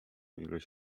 ilość